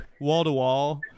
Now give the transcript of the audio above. wall-to-wall